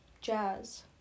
jazz